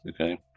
okay